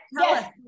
yes